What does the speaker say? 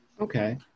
Okay